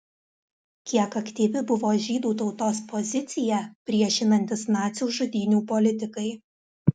kiek aktyvi buvo žydų tautos pozicija priešinantis nacių žudynių politikai